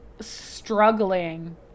struggling